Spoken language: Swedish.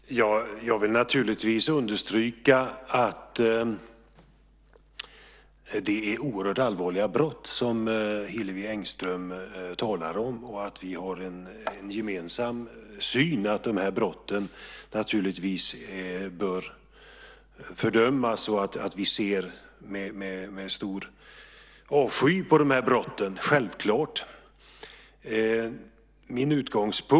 Herr talman! Jag vill naturligtvis understryka att det är oerhört allvarliga brott som Hillevi Engström talar om. Vi har en gemensam syn här. Dessa brott bör fördömas, och vi ser med stor avsky på dem. Självfallet är det så.